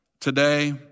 today